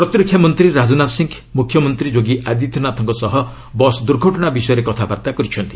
ପ୍ରତିରକ୍ଷା ମନ୍ତ୍ରୀ ରାଜନାଥ ସିଂ ମୁଖ୍ୟମନ୍ତ୍ରୀ ଯୋଗୀ ଆଦିତ୍ୟନାଥଙ୍କ ସହ ବସ୍ ଦୂର୍ଘଟଣା ବିଷୟରେ କଥାବାର୍ତ୍ତା କରିଛନ୍ତି